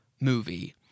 movie